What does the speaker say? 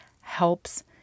helps